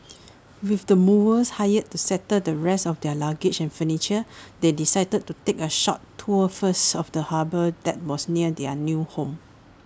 with the movers hired to settle the rest of their luggage and furniture they decided to take A short tour first of the harbour that was near their new home